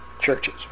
churches